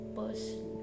person